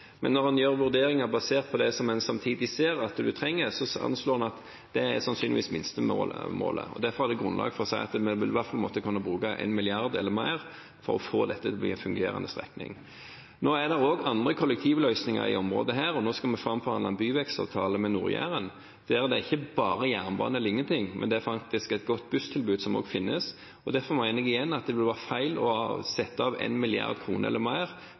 det som en samtidig ser at en trenger, anslår en at det er sannsynligvis minstemålet. Derfor er det grunnlag for å si at vi vil i hvert fall måtte kunne bruke 1 mrd. kr eller mer for å få dette til å bli en fungerende strekning. Det er også andre kollektivløsninger i området. Vi skal nå framforhandle en byvekstavtale med Nord-Jæren, der det ikke er bare jernbane eller ingenting, men det finnes faktisk også et godt busstilbud. Derfor mener jeg igjen at det ville være feil å sette av 1 mrd. kr eller mer